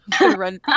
run